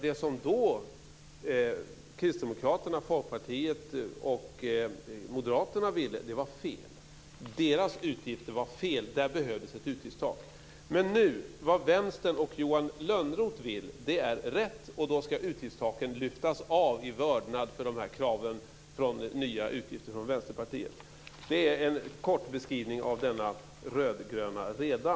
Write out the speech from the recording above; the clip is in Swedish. Det som då Kristdemokraterna, Folkpartiet och Moderaterna ville var fel. Deras utgifter var fel, och därför behövdes ett utgiftstak. Men vad Vänstern och Johan Lönnroth nu vill är rätt, och då ska utgiftstaken lyftas av i vördnad för kraven på nya utgifter från Vänsterpartiet. Det är en kort beskrivning av denna rödgröna reda.